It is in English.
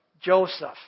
Joseph